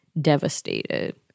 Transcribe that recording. devastated